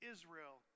Israel